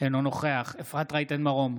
אינו נוכח אפרת רייטן מרום,